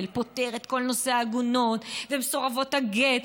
פותר את כל נושא העגונות ומסורבות הגט,